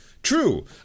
true